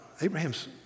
Abraham's